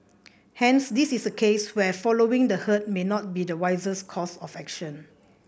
hence this is a case where following the herd may not be the wisest course of action